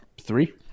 three